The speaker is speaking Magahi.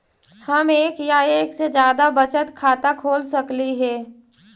हम एक या एक से जादा बचत खाता खोल सकली हे?